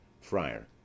Friar